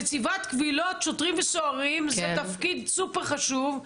נציבת קבילות שוטרים וסוהרים זה תפקיד סופר-חשוב,